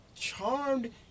Charmed